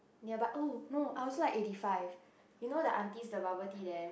nearby oh no I also like eighty five you know the aunties the bubble tea there